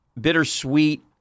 Bittersweet